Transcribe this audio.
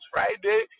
Friday